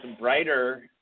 brighter